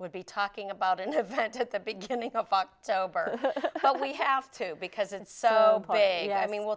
would be talking about an event at the beginning of october but we have to because it's so i mean we'll